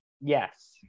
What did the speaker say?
Yes